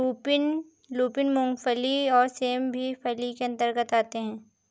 lupin, मूंगफली और सेम भी फली के अंतर्गत आते हैं